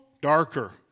darker